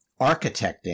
architecting